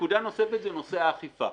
נקודה נוספת היא בנושא האכיפה.